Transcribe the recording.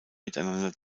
miteinander